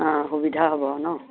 অঁ সুবিধা হ'ব নহ্